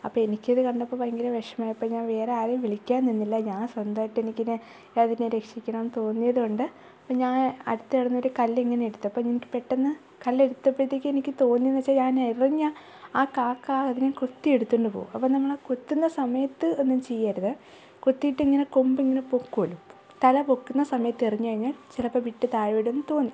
അപ്പം എനിക്കത് കണ്ടപ്പോൾ ഭയങ്കര വിഷമായിപ്പോയി ഞാൻ വേറെ ആരെയും വിളിക്കാൻ നിന്നില്ല ഞാൻ സ്വന്തമായിട്ട് എനിക്കിതിനെ അതിനെ രക്ഷിക്കണമെന്ന് തോന്നിയതുകൊണ്ട് അപ്പോൾ ഞാൻ അടുത്തു കിടന്നൊരു കല്ലിങ്ങനെ എടുത്തപ്പോൾ എനിക്ക് പെട്ടെന്ന് കല്ലെടുത്തപ്പോഴത്തേക്ക് എനിക്കു തോന്നിയത് എന്നു വെച്ചാൽ ഞാൻ എറിഞ്ഞാൽ ആ കാക്ക അതിനെ കൊത്തി എടുത്തോണ്ട് പോകും അപ്പോൾ നമ്മൾ ആ കൊത്തുന്ന സമയത്ത് ഒന്നും ചെയ്യരുത് കൊത്തീട്ട് ഇങ്ങനെ കൊമ്പിങ്ങനെ പൊക്കുമല്ലോ തല പൊക്കുന്ന സമയത്ത് എറിഞ്ഞു കഴിഞ്ഞാൽ ചിലപ്പോൾ വിട്ട് താഴെ വിടുമെന്ന് തോന്നി